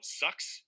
sucks